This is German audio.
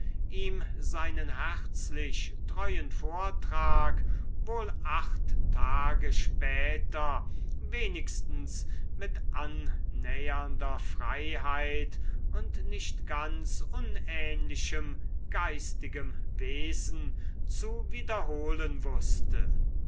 ihm seinen herzlich treuen vortrag wohl acht tage später wenigstens mit annähernder freiheit und nicht ganz unähnlichem geistigem wesen zu wiederholen wußte